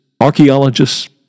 archaeologists